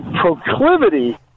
proclivity